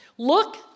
Look